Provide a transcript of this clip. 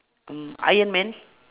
mm ironman